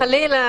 חלילה.